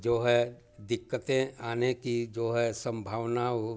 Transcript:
जो है दिक्कतें आने की जो है संभावना वो